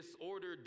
disordered